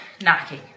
knocking